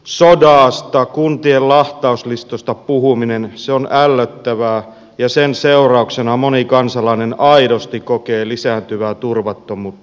tuhoamisesta sodasta kuntien lahtauslistoista puhuminen se on ällöttävää ja sen seurauksena moni kansalainen aidosti kokee lisääntyvää turvattomuutta